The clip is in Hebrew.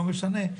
לא משנה,